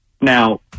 Now